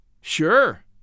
Sure